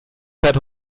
fährt